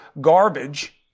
Garbage